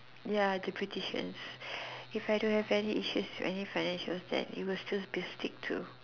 ya beautician if I don't have any issue with any financial that it will still be stick to